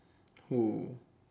who